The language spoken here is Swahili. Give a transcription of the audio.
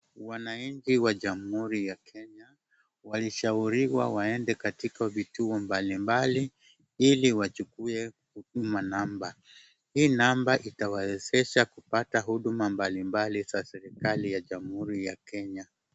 Wananchi wa jamhuli ya Kenya walishauliwa waende katika vituo mbalimbali ili wachukue huduma namba. Hii namba itawawezesha kupata huduma mbalimbali za serikali ya jamhuli ya Kenya.